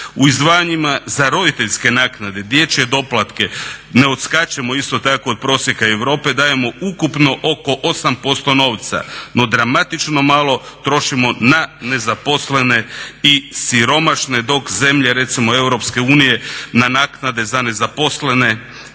U izdvajanjima za roditeljske naknade, dječje doplatke ne odskačemo isto tako od prosjeka Europe, dajemo ukupno oko 8% novca. No dramatično malo trošimo na nezaposlene i siromašne, dok zemlje recimo EU na naknade za nezaposlene